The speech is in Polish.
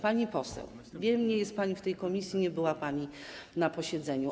Pani poseł, wiem, że nie jest pani w tej komisji, nie była pani na posiedzeniu.